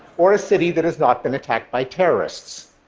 or a city that has not been attacked by terrorists.